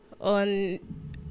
on